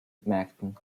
märkten